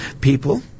People